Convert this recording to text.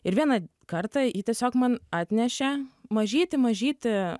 ir vieną kartą ji tiesiog man atnešė mažytį mažytį